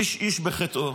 איש איש בחטאו.